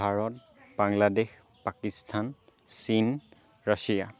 ভাৰত বাংলাদেশ পাকিস্তান চীন ৰাছিয়া